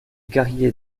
carrier